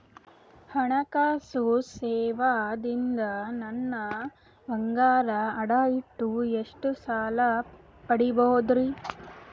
ಹಣಕಾಸು ಸೇವಾ ದಿಂದ ನನ್ ಬಂಗಾರ ಅಡಾ ಇಟ್ಟು ಎಷ್ಟ ಸಾಲ ಪಡಿಬೋದರಿ?